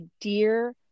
dear